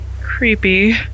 creepy